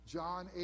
john